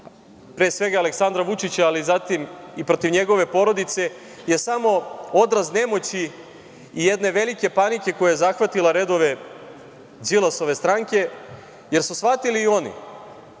protiv Aleksandra Vučića, a zatim i protiv njegove porodice je samo odraz nemoći i jedne velike panike koja je zahvatila redove Đilasove stranke, jer su shvatili i oni